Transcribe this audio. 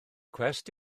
cwest